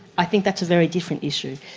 i think that's a very different issue.